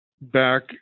back